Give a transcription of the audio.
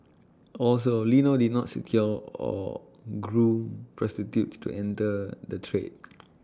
also Lino did not secure or groom prostitutes to enter the trade